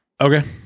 Okay